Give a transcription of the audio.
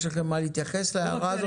יש לכם מה להתייחס להערה הזאת?